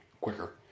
quicker